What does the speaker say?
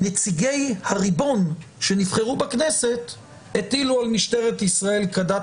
נציגי הריבון שנבחרו בכנסת הטילו על משטרת ישראל כדת